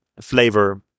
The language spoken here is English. flavor